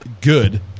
good